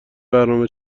برنامهها